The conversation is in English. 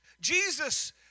Jesus